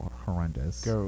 horrendous